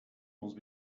must